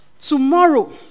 tomorrow